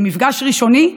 למפגש ראשוני,